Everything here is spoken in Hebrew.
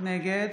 נגד